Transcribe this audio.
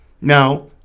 Now